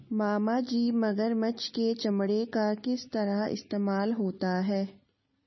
मामाजी मगरमच्छ के चमड़े का किस तरह इस्तेमाल होता है?